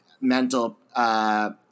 mental